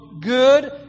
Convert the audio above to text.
good